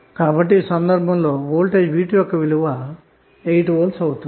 కాబట్టిఈ సందర్భంలో v 2 యొక్క విలువ 8 V అవుతుంది